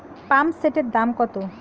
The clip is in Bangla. পাম্পসেটের দাম কত?